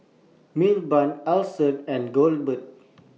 Milburn Ellison and Goebel